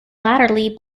latterly